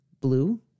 blue